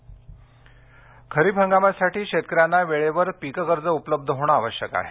पिक कर्ज खरीप हंगामासाठी शेतकऱ्यांना वेळेवर पीक कर्ज उपलब्ध होणं आवश्यक आहे